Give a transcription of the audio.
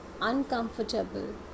uncomfortable